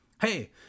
hey